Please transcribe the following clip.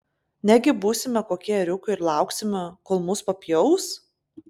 negi būsime kokie ėriukai ir lauksime kol mus papjaus